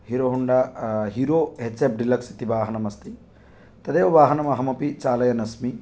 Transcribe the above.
hero Honda Hero H F deluxe इति वाहनम् अस्ति तदेव वाहनम् अहम् अपि चालयन् अस्मि